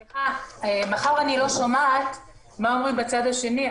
מאחר שאני לא שומעת מה אומרים בצד השני,